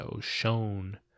shown